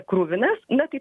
kruvinas na tai